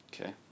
Okay